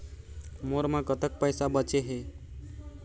मोर म कतक पैसा बचे हे?